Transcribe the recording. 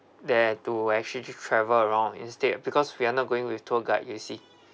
there to actually just travel around instead because we are not going with tour guide you see